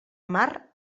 mar